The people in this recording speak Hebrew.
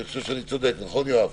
אני חושב שאני צודק, נכון, יואב?